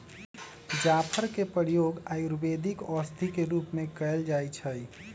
जाफर के प्रयोग आयुर्वेदिक औषधि के रूप में कएल जाइ छइ